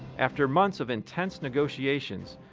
after months of intense negotiations,